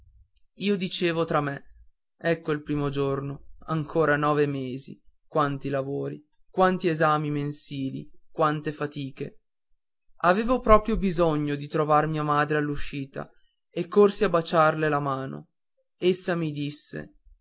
io dicevo tra me ecco il primo giorno ancora nove mesi quanti lavori quanti esami mensili quante fatiche avevo proprio bisogno di trovar mia madre all'uscita e corsi a baciarle la mano essa mi disse